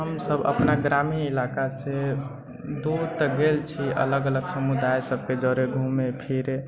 हमसभ अपना ग्रामीण इलाकासँ दूर तऽ भेल छी अलग अलग समुदाय सभके जौड़ै घुमे फिरे